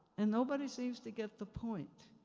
and nobody seems to get the point.